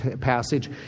passage